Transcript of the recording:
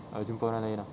err jumpa orang lain ah